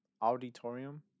Auditorium